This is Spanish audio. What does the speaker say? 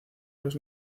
los